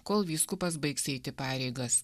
kol vyskupas baigs eiti pareigas